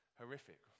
horrific